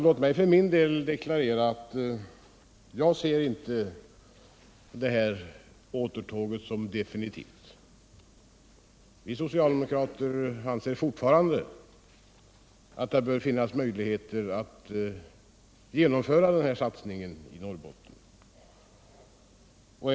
Låt mig då för min del deklarera att jag inte ser det här återtåget som definitivt. Vi socialdemokrater anser fortfarande att det bör finnas möjligheter att genomföra denna satsning i Norrbotten.